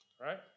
right